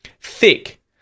Thick